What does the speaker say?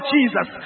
Jesus